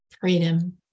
Freedom